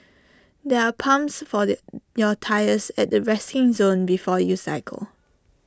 there are pumps for the your tyres at the resting zone before you cycle